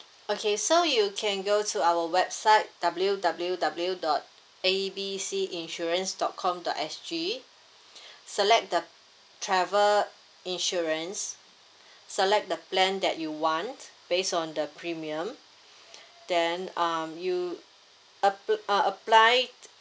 okay so you can go to our website W_W_W dot A B C insurance dot com dot S_G select the travel insurance select the plan that you want based on the premium then um you appl~ uh apply